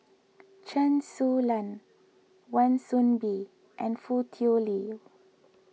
Chen Su Lan Wan Soon Bee and Foo Tui Liew